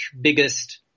biggest